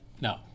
no